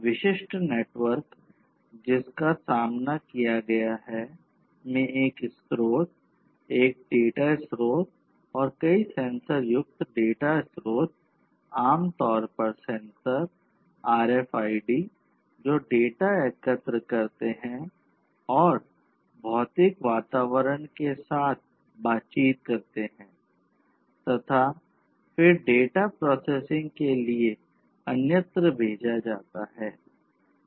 विशिष्ट नेटवर्क जिसका सामना किया गया है में एक स्रोत एक डेटा स्रोत या कई सेंसर युक्त डेटा स्रोत आमतौर पर सेंसर RFID जो डेटा एकत्र करते हैं और भौतिक वातावरण के साथ बातचीत करते हैं तथा फिर डेटा प्रोसेसिंग के लिए अन्यत्र भेजा जाता है